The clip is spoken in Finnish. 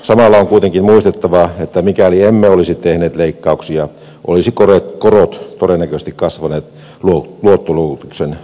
samalla on kuitenkin muistettava että mikäli emme olisi tehneet leikkauksia olisivat korot todennäköisesti kasvaneet luottoluokituksen huonotessa